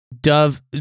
dove